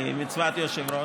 כמצוות היושב-ראש.